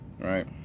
Right